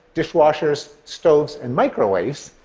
dishwashers, stoves and microwaves,